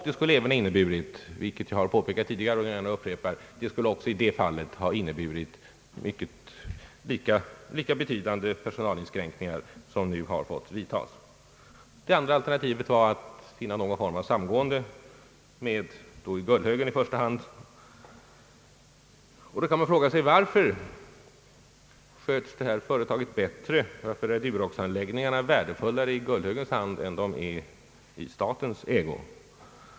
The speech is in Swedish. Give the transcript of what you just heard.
Det skulle även ha inneburit — vilket jag har påpekat tidigare och gärna upprepar — personalinskränkningar av samma storleksordning som de som nu har fått lov att vidtagas. Det andra alternativet var att finna någon form av samgående med i första hand Gullhögen. Man kan fråga varför Duroxsanläggningarna är värdefullare i Gullhögens hand än i statens.